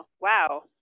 Wow